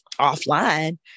offline